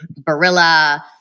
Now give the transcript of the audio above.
Barilla